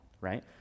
right